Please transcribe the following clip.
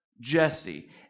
Jesse